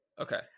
Okay